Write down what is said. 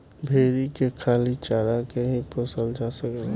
भेरी के खाली चारा के ही पोसल जा सकेला